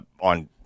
on